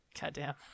Goddamn